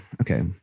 okay